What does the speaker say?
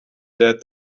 led